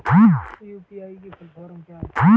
UPI की full form क्या है?